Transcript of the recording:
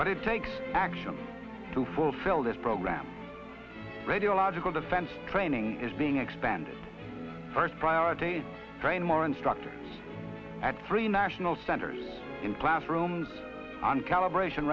but it takes action to fulfill this program radio logical defense training is being expended first priority is train more instructors at three national centers in classrooms and calibration